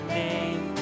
name